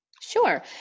Sure